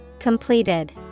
Completed